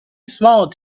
smiled